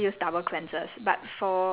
so which is why you need to wash it off